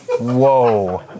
Whoa